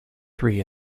three